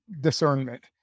discernment